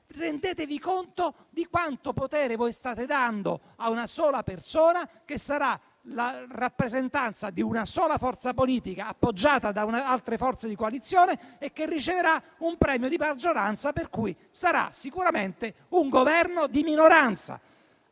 Rendetevi conto di quanto potere state dando a una sola persona, che sarà la rappresentanza di una sola forza politica, appoggiata da altre forze di coalizione, e che riceverà un premio di maggioranza. Sarà quindi sicuramente un Governo di minoranza.